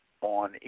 on